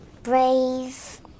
Brave